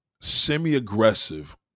semi-aggressive